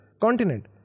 continent